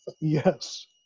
Yes